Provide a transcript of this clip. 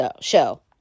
show